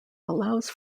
allows